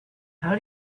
how